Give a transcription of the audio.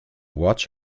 watch